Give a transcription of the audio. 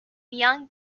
young